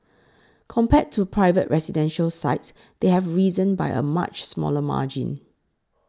compared to private residential sites they have risen by a much smaller margin